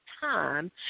time